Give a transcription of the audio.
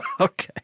Okay